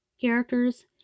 characters